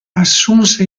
assunse